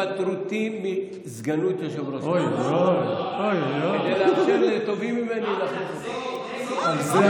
התפטרותי מסגנות יושב-ראש הכנסת כדי לאפשר לטובים ממני להחליף אותי.